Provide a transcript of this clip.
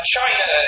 China